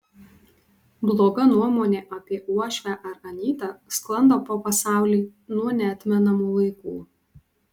bloga nuomonė apie uošvę ar anytą sklando po pasaulį nuo neatmenamų laikų